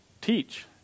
teach